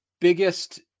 biggest